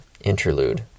interlude